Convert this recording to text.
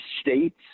states